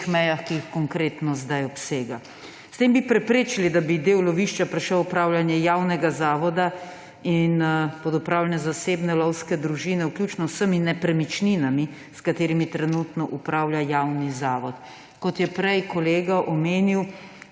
v teh mejah, ki jih konkretno zdaj obsega. S tem bi preprečili, da bi del lovišča prešel v upravljanje javnega zavoda in pod upravljanje zasebne lovske družine, vključno z vsemi nepremičninami, s katerimi trenutno upravlja javni zavod. Kot je prej kolega omenil,